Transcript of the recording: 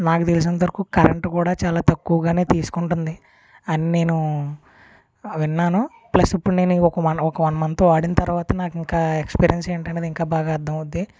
నాకు తెలిసినంత వరకూ కరెంట్ కూడా చాలా తక్కువగానే తీసుకుంటుంది అని నేను విన్నాను ప్లస్ ఇప్పుడు నేను ఒక వన్ ఒక వన్ మంత్ వాడిన తర్వాత నాకు ఇంకా ఎక్స్పీరియన్స్ ఏంటంటే ఇది ఇంకా బాగా అర్ధమవుద్ది